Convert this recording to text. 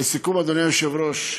לסיכום, אדוני היושב-ראש,